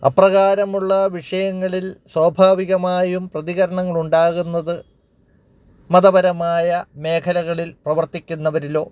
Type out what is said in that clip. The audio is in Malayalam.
അപ്രകാരമുള്ള വിഷയങ്ങളിൽ സ്വാഭാവികമായും പ്രതികരണങ്ങൾ ഉണ്ടാകുന്നത് മതപരമായ മേഖലകളിൽ പ്രവർത്തിക്കുന്നവരിലോ